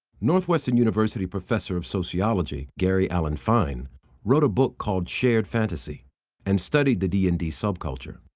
northwestern university professor of sociology gary alan fine wrote a book called shared fantasy and studied the d and d subculture.